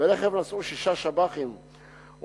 ברכב נסעו שישה שב"חים ומעלה,